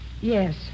Yes